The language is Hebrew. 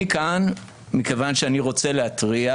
אני כאן מכיוון שאני רוצה להתריע